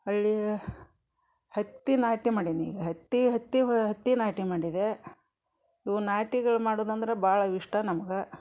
ಹೊರ್ಳಿ ಹತ್ತಿ ನಾಟಿ ಮಾಡೀನಿ ಈಗ ಹತ್ತಿ ಹತ್ತಿ ಹತ್ತಿ ನಾಟಿ ಮಾಡಿದೆ ಇವು ನಾಟಿಗಳು ಮಾಡೋದಂದ್ರೆ ಭಾಳ ಇಷ್ಟ ನಮ್ಗೆ